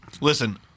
listen